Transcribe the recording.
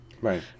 Right